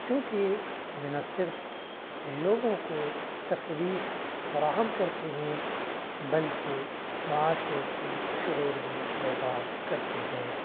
کیونکہ یہ نہ صرف لوگوں کو تفریح فراہم کرتے ہیں بلکہ معاشرتی شعور بھی بیدار کرتے ہیں